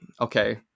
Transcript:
okay